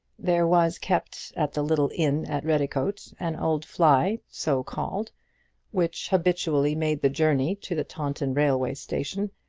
there was kept at the little inn at redicote an old fly so called which habitually made the journey to the taunton railway-station,